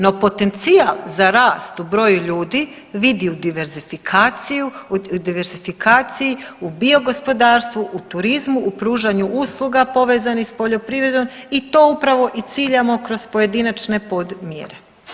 No potencijal za rast u broju ljudi vidi u diversifikaciju, u diversifikaciji, u biogospodarstvu, u turizmu, u pružanju usluga povezanih s poljoprivredom i to upravo i ciljamo kroz pojedinačne podmjere.